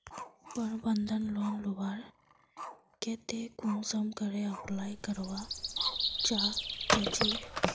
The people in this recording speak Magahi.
प्रबंधन लोन लुबार केते कुंसम करे अप्लाई करवा चाँ चची?